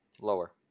Lower